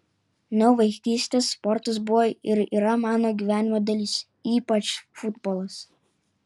nuo vaikystės sportas buvo ir yra mano gyvenimo dalis ypač futbolas